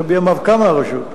שבימיו קמה הרשות,